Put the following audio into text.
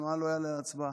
מה לא יעלה להצבעה.